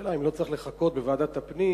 השאלה אם לא צריך לחכות בוועדת הפנים